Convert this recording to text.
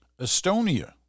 Estonia